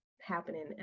happening